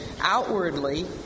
outwardly